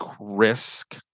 risk